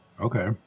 okay